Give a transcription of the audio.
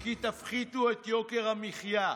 כי תפחיתו את יוקר המחיה.